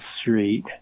Street